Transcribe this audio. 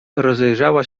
rozejrzała